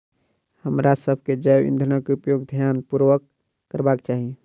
हमरासभ के जैव ईंधनक उपयोग ध्यान पूर्वक करबाक चाही